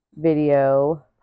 video